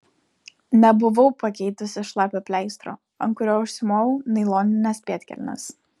nebuvau pakeitusi šlapio pleistro ant kurio užsimoviau nailonines pėdkelnes